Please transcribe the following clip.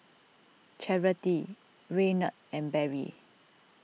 Charity Reynold and Barry